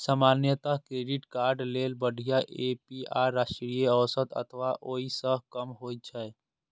सामान्यतः credit card लेल बढ़िया ए.पी.आर राष्ट्रीय औसत अथवा ओइ सं कम होइ छै